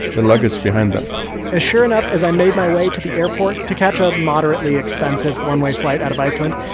and luggage behind them and sure enough, as i made my way to the airport to catch a moderately expensive one-way flight out of iceland,